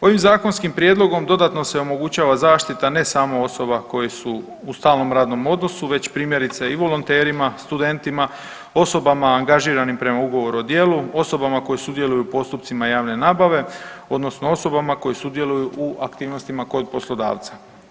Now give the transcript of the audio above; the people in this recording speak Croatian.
Ovim zakonskim prijedlogom dodatno se omogućava zaštita ne samo osoba koje su u stalnom radnom odnosu već primjerice i volonterima, studentima, osobama angažiranim prema ugovoru o djelu, osobama koje sudjeluju u postupcima javne nabave, odnosno osobama koje sudjeluju u aktivnostima kod poslodavca.